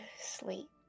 sleep